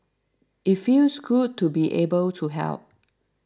it feels good to be able to help